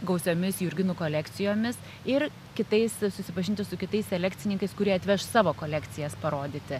gausiomis jurginų kolekcijomis ir kitais susipažinti su kitais selekcininkais kurie atveš savo kolekcijas parodyti